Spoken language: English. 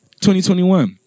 2021